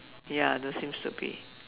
ya don't seems to be